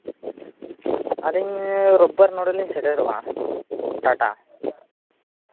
ᱟᱹᱞᱤᱧ ᱨᱳᱵ ᱵᱟᱨ ᱱᱚᱸᱰᱮᱞᱤᱧ ᱥᱮᱴᱮᱨᱚᱜᱼᱟ ᱴᱟᱴᱟ